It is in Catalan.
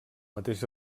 mateix